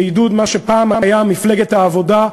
בעידוד מה שפעם היה מפלגת העבודה,